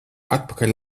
atpakaļ